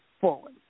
forward